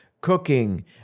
cooking